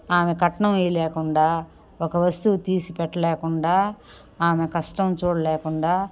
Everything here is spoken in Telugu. ఆమె కట్నం ఇయలేకుండా ఒక వస్తువు తీసి పెట్టలేకుండా ఆమె కష్టం చూడలేకుండా